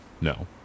No